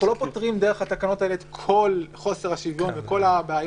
אבל אנחנו לא פותרים דרך התקנות האלה את כל חוסר השוויון וכל הבעיות.